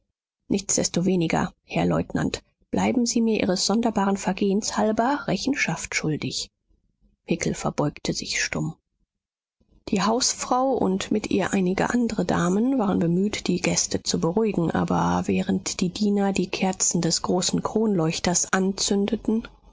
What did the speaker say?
nichtsdestoweniger herr leutnant bleiben sie mir ihres sonderbaren vorgehens halber rechenschaft schuldig hickel verbeugte sich stumm die hausfrau und mit ihr einige andre damen waren bemüht die gäste zu beruhigen aber während die diener die kerzen des großen kronleuchters anzündeten